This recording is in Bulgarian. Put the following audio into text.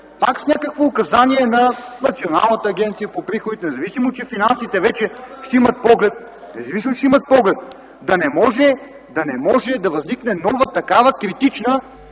пак с някакво указание на Националната агенция по приходите, независимо че финансите вече ще имат поглед, да не може да възникне нова такава критична